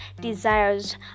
desires